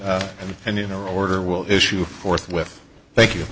him and in order will issue forth with thank you